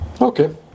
Okay